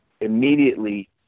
immediately